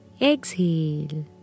Exhale